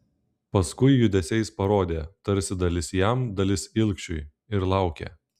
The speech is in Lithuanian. paskui judesiais parodė tarsi dalis jam dalis ilgšiui ir laukė